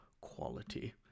quality